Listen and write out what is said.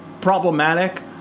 problematic